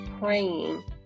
praying